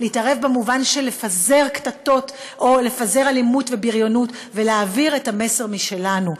להתערב במובן של לפזר קטטות או לפזר אלימות ובריונות ולהעביר מסר משלנו.